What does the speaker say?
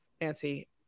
Nancy